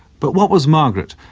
but what was margaret?